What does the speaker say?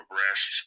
rest